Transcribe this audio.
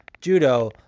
judo